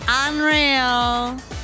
Unreal